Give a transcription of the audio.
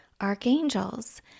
archangels